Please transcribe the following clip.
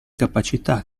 capacità